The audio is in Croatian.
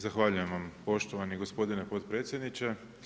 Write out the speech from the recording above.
Zahvaljujem vam poštovani gospodine potpredsjedniče.